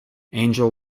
angel